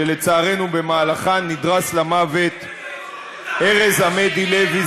שלצערנו במהלכן נדרס למוות ארז עמדי לוי,